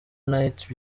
night